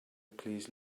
please